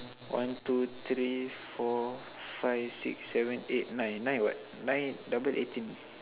one two three four five six seven eight nine nine what nine double eighteen